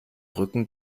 rücken